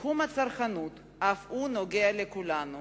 תחום הצרכנות אף הוא נוגע לכולנו.